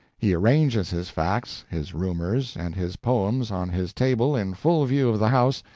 he arranges his facts, his rumors, and his poems on his table in full view of the house,